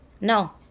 No